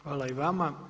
Hvala i vama.